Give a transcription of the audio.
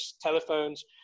telephones